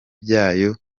byayo